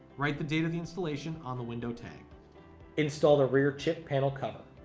write the date of the installation on the window tank install the rear chip panel cover